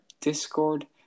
Discord